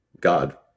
God